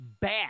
bad